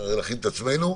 להכין את עצמנו.